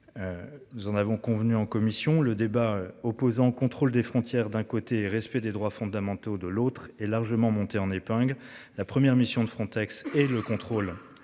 Nous en avons convenu en commission le débat opposant contrôle des frontières d'un côté et respect des droits fondamentaux de l'autre et largement monté en épingle la première mission de Frontex et le contrôle